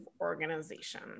organization